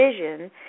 vision